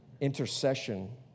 intercession